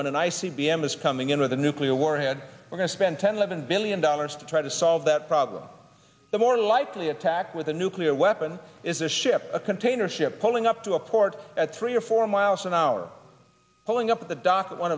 when an i c b m is coming in with a nuclear warhead we're going to spend ten eleven billion dollars to try to solve that problem the more likely attack with a nuclear weapon is a ship a container ship pulling up to a port at three or four miles an hour pulling up the docks at one